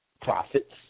profits